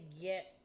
get